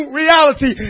reality